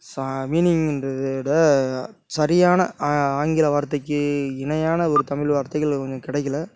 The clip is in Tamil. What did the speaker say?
சா மீனிங்குன்றத விட சரியான ஆங்கில வார்த்தைக்கு இணையான ஒரு தமிழ் வார்த்தைகள் கிடைக்கல